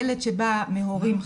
ילד שבא מהורים חד-מיניים.